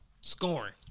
scoring